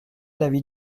l’avis